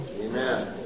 Amen